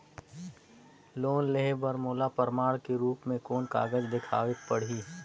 Loan लेहे बर मोला प्रमाण के रूप में कोन कागज दिखावेक पड़ही?